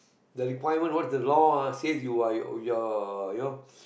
the requirement what the law ah says you are you you're you know